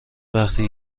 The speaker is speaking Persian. وقتی